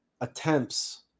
attempts